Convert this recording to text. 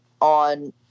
on